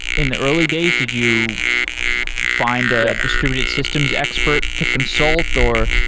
in the early days, did you find ah distributed systems expert to consult or